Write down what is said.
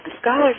scholars